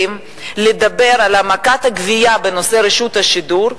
לדבר על העמקת הגבייה בנושא רשות השידור,